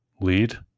lead